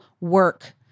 work